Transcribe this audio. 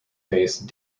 face